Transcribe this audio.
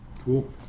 Cool